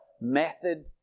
method